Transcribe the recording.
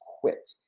quit